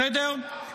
בסדר?